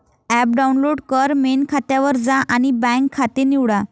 app download कर, main खात्यावर जा आणि बँक खाते निवडा